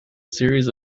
series